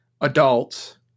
adults